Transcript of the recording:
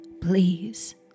Please